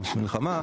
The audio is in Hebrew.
המלחמה,